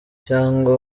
cyangwa